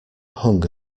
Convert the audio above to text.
hung